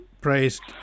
praised